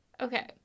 Okay